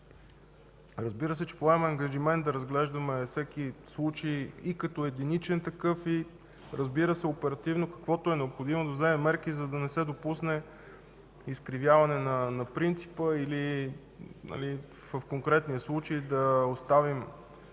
разбира се, че поемам ангажимент да разглеждаме всеки случай и като единичен такъв, и оперативно, каквото е необходимо, да вземем мерки, за да не се допусне изкривяване на принципа, или в конкретния случай да оставим